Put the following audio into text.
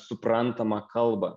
suprantamą kalbą